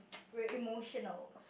we're emotional